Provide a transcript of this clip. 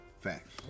facts